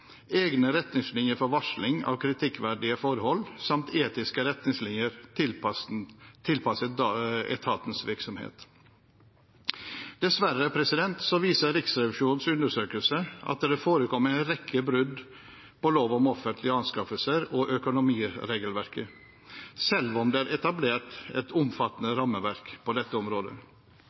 egne retningslinjer for varsling av kritikkverdige forhold samt etiske retningslinjer tilpasset etatens virksomhet. Dessverre viser Riksrevisjonens undersøkelser at det forekommer en rekke brudd på lov om offentlige anskaffelser og økonomiregelverket, selv om det er etablert et omfattende rammeverk på dette området.